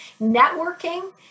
networking